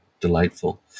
Delightful